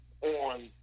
on